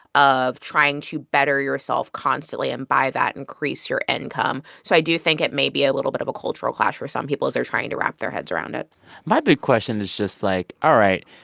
of trying to better yourself constantly and, by that, increase your income. so i do think it may be a little bit of a cultural clash for some people as they're trying to wrap their heads around it my big question is just, like, all right.